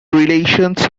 relations